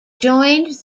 joined